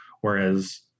Whereas